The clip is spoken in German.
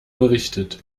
berichtet